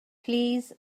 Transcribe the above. please